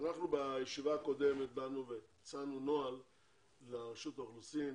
בישיבה הקודמת הצענו נוהל לראשות האוכלוסין,